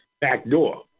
backdoor